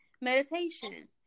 meditation